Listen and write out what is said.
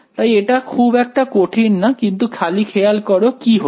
তাই এটা খুব একটা কঠিন না কিন্তু খালি খেয়াল করো কি হল